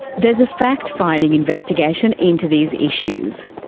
there's a fact-finding investigation into these issues.